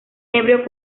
ebrio